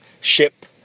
ship